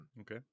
okay